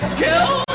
kill